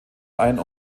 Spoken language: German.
ein